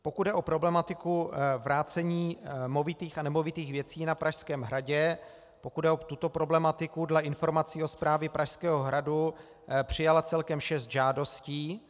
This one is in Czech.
Pokud jde o problematiku vrácení movitých a nemovitých věcí na Pražském hradě, pokud jde o tuto problematiku, dle informací od Správy Pražského hradu přijala celkem šest žádostí.